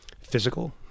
physical